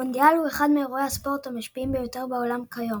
המונדיאל הוא אחד מאירועי הספורט המשפיעים ביותר בעולם כיום.